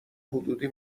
حدودی